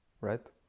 right